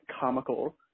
comical